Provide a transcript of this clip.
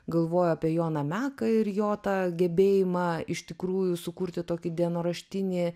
galvoju apie joną meką ir jo tą gebėjimą iš tikrųjų sukurti tokį dienoraštinį